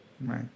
right